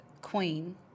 Queen